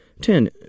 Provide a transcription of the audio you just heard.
Ten